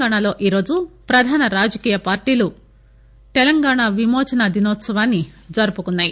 తెలంగాణలో ఈరోజు ప్రధాన రాజకీయ పార్టీలు తెలంగాణ విమోచన దినోత్సవాన్ని జరుపుకున్నాయి